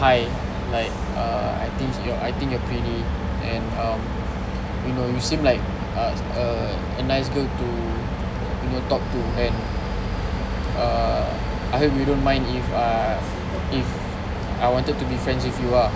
hi like uh I think you're I think you're pretty and um you know you seem like such a a nice girl to you know talk to and err I hope you don't mind if uh if I wanted to be friends with you ah